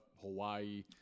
hawaii